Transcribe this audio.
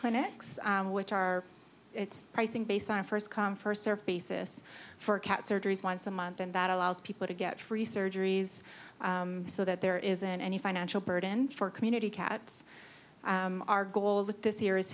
clinics which are its pricing based on a first come first serve basis for cat surgeries once a month and that allows people to get free surgeries so that there isn't any financial burden for community cats our goal with this year is